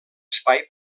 espai